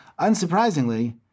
Unsurprisingly